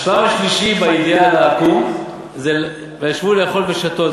השלב השלישי באידיאל העקום זה: וישבו לאכול ושתו.